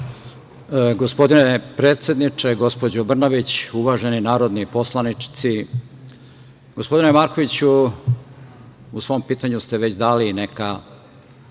Hvala.